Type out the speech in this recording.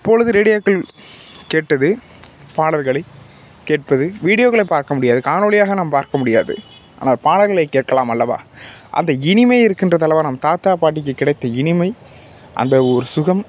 அப்பொழுது ரேடியோக்கள் கேட்டது பாடல்களை கேட்பது வீடியோக்களை பார்க்க முடியாது காணொலியாக நாம் பார்க்க முடியாது ஆனால் பாடல்களை கேட்கலாம் அல்லவா அந்த இனிமை இருக்கின்றது அல்லவா நம் தாத்தா பாட்டிக்கு கிடைத்த இனிமை அந்த ஒரு சுகம்